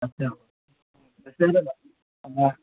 अच्छा हाँ